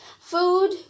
food